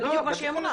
זה בדיוק מה שאמרה.